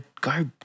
go